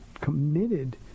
committed